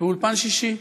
באולפן שישי,